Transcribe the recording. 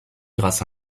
grâce